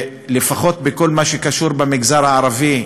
לפחות בכל מה שקשור במגזר הערבי,